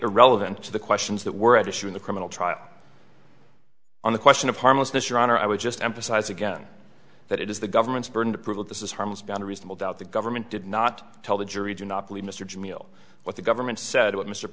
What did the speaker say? irrelevant to the questions that were at issue in the criminal trial on the question of harmlessness your honor i would just emphasize again that it is the government's burden to prove that this is harmless beyond reasonable doubt the government did not tell the jury do not believe mr jamil what the government said